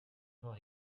for